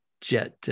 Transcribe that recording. jet